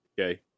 okay